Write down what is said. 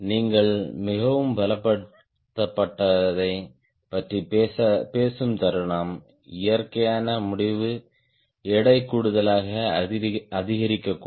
நீங்கள் மிகவும் பலப்படுத்தப்பட்டதைப் பற்றி பேசும் தருணம் இயற்கையான முடிவு எடை கூடுதலாக அதிகரிக்கக்கூடும்